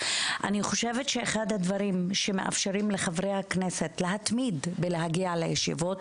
אני חושבת שאחד הדברים שמאפשרים לחברי הכנסת להתמיד ולהגיע לישיבות